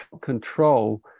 control